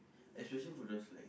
especially for those like